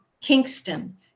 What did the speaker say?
Kingston